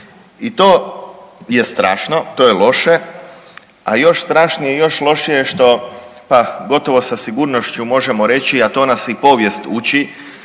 I to je strašno, to je loše, a još strašnije i još lošije što pa gotovo sa sigurnošću možemo reći a to nas i povijest uči